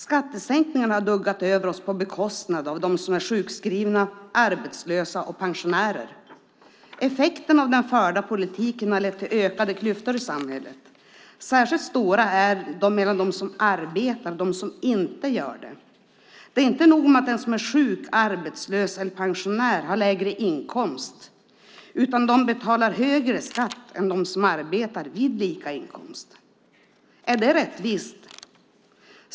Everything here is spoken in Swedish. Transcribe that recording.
Skattesänkningarna har duggat över oss på bekostnad av dem som är sjukskrivna, arbetslösa och pensionärer. Effekten av den förda politiken har blivit ökade klyftor i samhället. Särskilt stora är de mellan dem som arbetar och dem som inte gör det. Det är inte nog med att den som är sjuk, arbetslös eller pensionär har lägre inkomst. De betalar högre skatt än dem som arbetar vid lika inkomst. Är det rättvist?